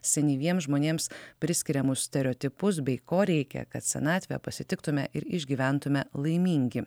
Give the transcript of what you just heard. senyviems žmonėms priskiriamus stereotipus bei ko reikia kad senatvę pasitiktume ir išgyventume laimingi